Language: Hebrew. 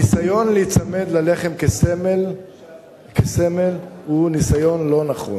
הניסיון להיצמד ללחם כסמל הוא ניסיון לא נכון.